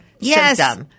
Yes